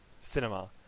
cinema